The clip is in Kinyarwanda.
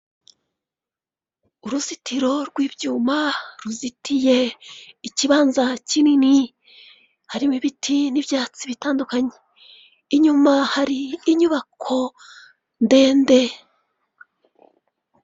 Uruzitiro rw'ibyuma ruzitiye ikibanza kinini harimo ibiti n'ibyatsi bitandukanye, inyuma hari inyubako ndende.